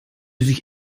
sich